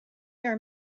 are